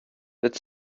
that